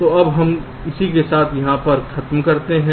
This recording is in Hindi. तो अब हम यहां खत्म करते हैं